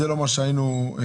זה לא מה שהיינו רוצים.